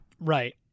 Right